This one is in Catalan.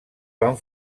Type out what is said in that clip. van